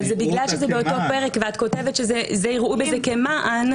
אבל זה בגלל שזה באותו פרק ואת כותבת שייראו בזה כמען.